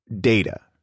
data